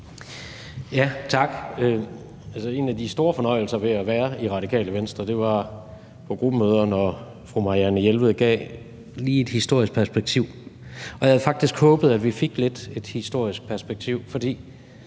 Tak. En af de store fornøjelser ved at være i Radikale Venstre var, når fru Marianne Jelved på gruppemøderne lige gav det et historisk perspektiv. Jeg havde faktisk håbet, at vi her ville få et historisk perspektiv, for